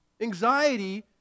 Anxiety